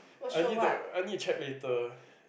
I need to I need check later